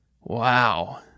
Wow